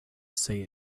say